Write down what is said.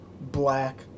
black